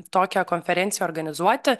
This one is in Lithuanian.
tokią konferenciją organizuoti